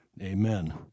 amen